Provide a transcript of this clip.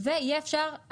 ויהיה אפשר,